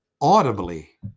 audibly